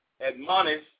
admonish